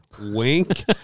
wink